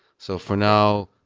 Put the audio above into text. so for now,